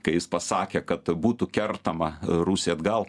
kai jis pasakė kad būtų kertama rusijai atgal